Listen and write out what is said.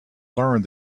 learned